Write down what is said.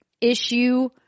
issue